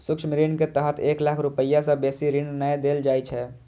सूक्ष्म ऋण के तहत एक लाख रुपैया सं बेसी ऋण नै देल जाइ छै